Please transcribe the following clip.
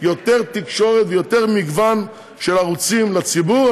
יותר תקשורת ויותר מגוון של ערוצים לציבור,